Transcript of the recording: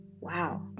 Wow